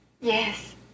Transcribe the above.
Yes